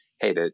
hey